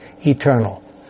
eternal